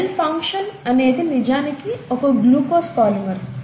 cell function అనేది నిజానికి ఒక గ్లూకోస్ పాలిమర్